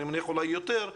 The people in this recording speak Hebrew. ואולי יותר,